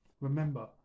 Remember